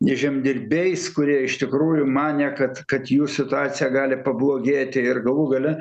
žemdirbiais kurie iš tikrųjų manė kad kad jų situacija gali pablogėti ir galų gale